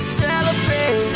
celebrate